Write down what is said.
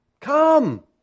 Come